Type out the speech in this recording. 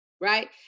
Right